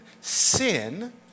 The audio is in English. Sin